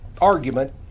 argument